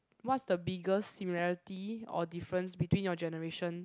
what's the biggest similarity or difference between your generation